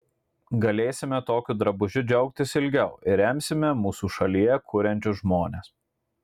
galėsime tokiu drabužiu džiaugtis ilgiau ir remsime mūsų šalyje kuriančius žmones